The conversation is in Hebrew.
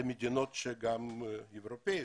מדינות אירופאיות,